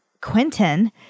Quentin